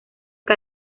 que